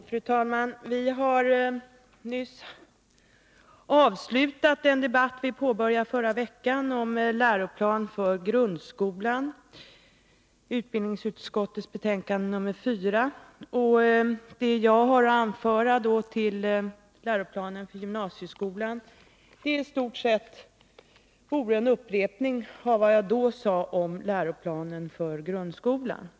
Fru talman! Vi har nyss avslutat den debatt som vi förra veckan med anledning av utbildningsutskottets betänkande 4 påbörjade om läroplanen för grundskolan. Det jag har att anföra om läroplanen för gymnasieskolan vore i stort sett en upprepning av vad jag då sade om läroplanen för grundskolan.